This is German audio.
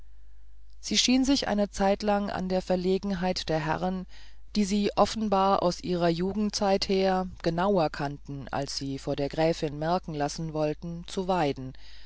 sie schien sich eine zeitlang an der verlegenheit der herren die sie offenbar aus ihrer jugendzeit her genauer kannten als sie vor der gräfin merken lassen wollten zu weiden